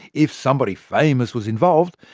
if somebody famous was involved,